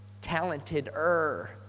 talented-er